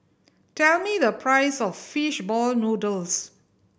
tell me the price of fish ball noodles